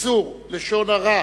איסור לשון הרע